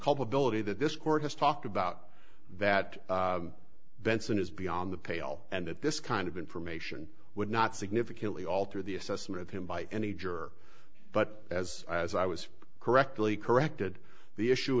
culpability that this court has talked about that benson is beyond the pale and that this kind of information would not significantly alter the assessment of him by any juror but as as i was correctly corrected the issue